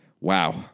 wow